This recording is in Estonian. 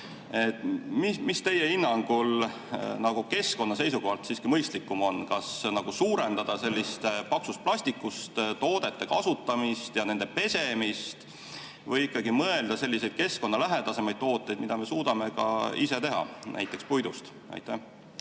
Mis teie hinnangul keskkonna seisukohalt siiski mõistlikum on: kas suurendada paksust plastikust toodete kasutamist ja nende pesemist või ikkagi kasutada keskkonnalähedasemaid tooteid, mida me suudame ka ise teha, näiteks puidust? Aitäh,